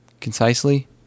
concisely